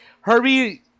Herbie